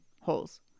holes